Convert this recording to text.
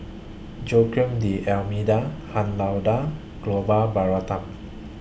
Joaquim D'almeida Han Lao DA Gopal Baratham